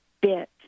bit